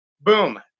Boom